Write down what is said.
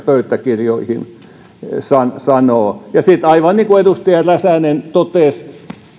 pöytäkirjoihin sanoa sitten aivan niin kuin edustaja räsänen totesi